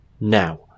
now